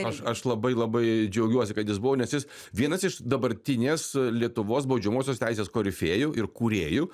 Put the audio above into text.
aš aš labai labai džiaugiuosi kad jis buvo nes jis vienas iš dabartinės lietuvos baudžiamosios teisės korifėjų ir kūrėjų